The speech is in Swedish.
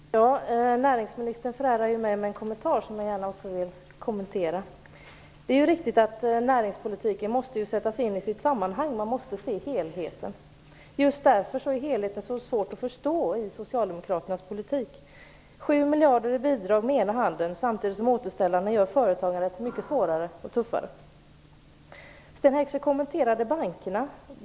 Herr talman! Näringsministern förärade mig en kommentar, som jag i min tur gärna vill kommentera. Det är riktigt att näringspolitiken måste sättas in i sitt sammanhang. Man måste se helheten. Just därför är helheten så svår att förstå i Socialdemokraternas politik. 7 miljarder i bidrag med ena handen, samtidigt som återställarna gör företagandet mycket svårare och tuffare. Sten Heckscher kommenterade bankerna.